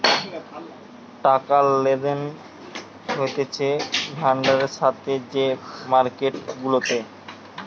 টাকা লেনদেন হতিছে বন্ডের সাথে যে মার্কেট গুলাতে